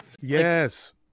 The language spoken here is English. Yes